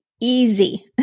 easy